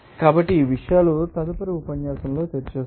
కాబట్టి ఈ విషయాలను తదుపరి ఉపన్యాసంలో చర్చిస్తాను